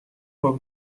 for